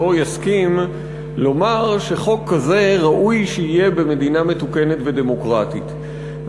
לא יסכים לומר שחוק כזה ראוי שיהיה במדינה מתוקנת ודמוקרטית,